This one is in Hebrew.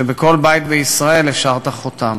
ובכל בית בישראל השארת חותם.